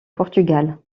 portugal